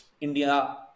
India